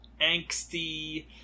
angsty